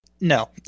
no